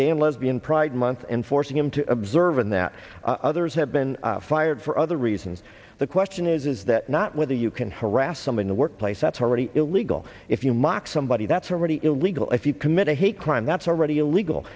and lesbian pride month and forcing him to observe and that others have been fired for other reasons the question is is that not whether you can harass them in the workplace that's already illegal if you mock somebody that's already illegal if you commit a hate crime that's already illegal